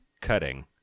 cutting